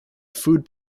food